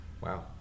wow